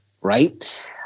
right